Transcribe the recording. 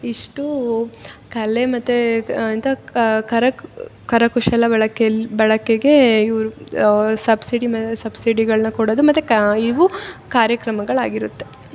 ಇಷ್ಟು ಕಲೆ ಮತ್ತು ಎಂತ ಕರಕ್ ಕರಕುಶಲ ಬಳಕೆಯಲ್ಲಿ ಬಳಕೆಗೆ ಇವ್ರ ಸಬ್ಸಿಡಿ ಮೇಲೆ ಸಬ್ಸಿಡಿಗಳನ್ನ ಕೊಡದು ಮತ್ತು ಕಾ ಇವು ಕಾರ್ಯಕ್ರಮಗಳು ಆಗಿರುತ್ತೆ